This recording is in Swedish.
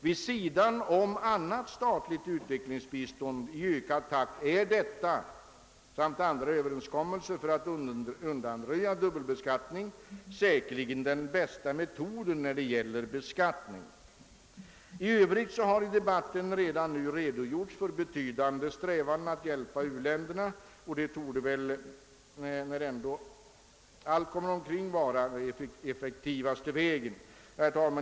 Vid sidan om annat statligt utvecklingsbistånd i ökad takt är detta samt andra överenskommelser för att undanröja dubbelbeskattning säkerligen den bästa metoden i fråga om beskattningen. I övrigt har i debatten redan redogjorts för betydande strävanden att hjälpa u-länderna, och det torde väl när allt kommer omkring vara den effektivaste vägen.